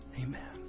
Amen